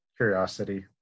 curiosity